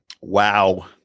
Wow